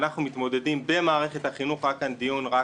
אנחנו מתמודדים במערכת החינוך היה כאן דיון רק